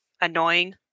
annoying